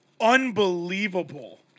unbelievable